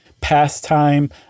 pastime